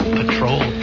patrol